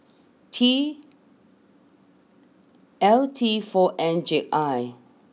T L T four N J I